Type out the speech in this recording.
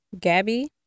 gabby